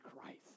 Christ